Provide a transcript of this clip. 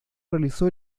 realizó